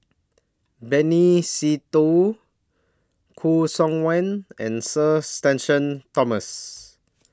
Benny Se Teo Khoo Seok Wan and Sir Shenton Thomas